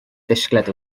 disgled